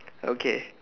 okay